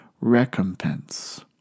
recompense